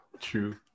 true